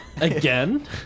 Again